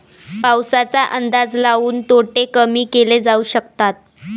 पाऊसाचा अंदाज लाऊन तोटे कमी केले जाऊ शकतात